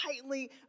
tightly